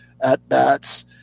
at-bats